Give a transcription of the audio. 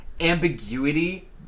ambiguity